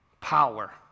power